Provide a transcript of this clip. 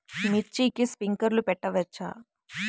మిర్చికి స్ప్రింక్లర్లు పెట్టవచ్చా?